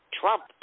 Trump